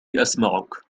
أسمعك